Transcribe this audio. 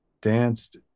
danced